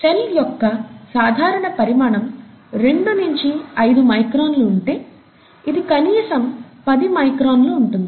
cell యొక్క సాధారణ పరిమాణం రెండు నించి ఐదు మైక్రాన్లు ఉంటే ఇది కనీసం పది మైక్రాన్లు ఉంటుంది